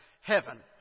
Heaven